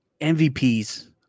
MVPs